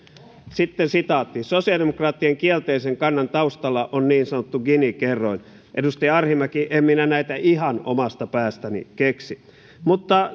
sitten sosiaalidemokraattien kielteisen kannan taustalla on niin sanottu gini kerroin edustaja arhinmäki en minä näitä ihan omasta päästäni keksi mutta